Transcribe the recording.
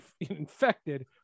infected